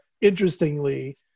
interestingly